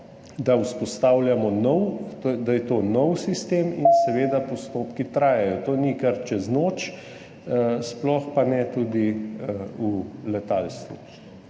povedati, da je to nov sistem in seveda postopki trajajo. To ni kar čez noč, sploh pa ne v letalstvu.